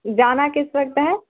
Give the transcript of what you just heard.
جانا کس وقت ہے